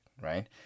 right